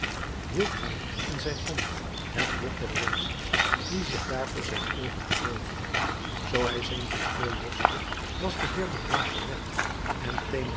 hield hij in zijn hand het lot der wezens die zich daar voor zijn oogen bewogen zoo hij zijn pistool loste was de heer leblanc gered en